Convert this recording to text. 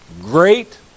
Great